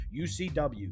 UCW